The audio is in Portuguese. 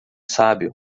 sábio